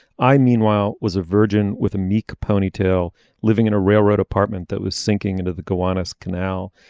i meanwhile was a virgin with a meek ponytail living in a railroad apartment that was sinking into the goannas canal.